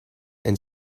and